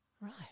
Right